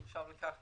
אני מכיר